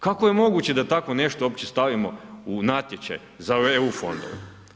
Kako je moguće da tako nešto uopće stavimo u natječaj za eu fondove?